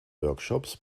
workshops